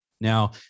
Now